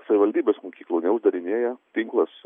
savivaldybės mokyklų neuždarinėja tinklas